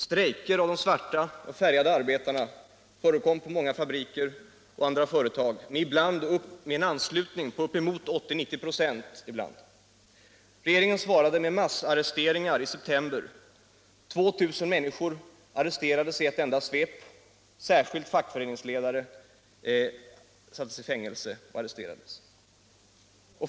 Strejker av de svarta och de färgade arbetarna förekom på många fabriker och andra företag med en anslutning på ibland upp till 80-90 96. Regeringen svarade med massarresteringar i september. 2 000 människor arresterades i ett enda svep. Särskilt fackföreningsledare sattes i fängelse.